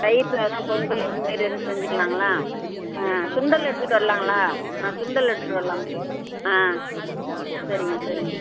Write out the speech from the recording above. தயிர் சாதம் பொங்கல் இது மாரி எதுவும் செஞ்சுக்கலாங்களா ஆ சுண்டல் எடுத்துகிட்டு வரலாங்களா ஆ சுண்டல் எடுத்துகிட்டு வரலாம் ஆ சரிங்க சரிங்க